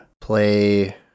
play